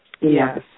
Yes